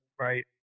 right